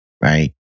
right